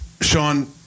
Sean